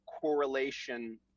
correlation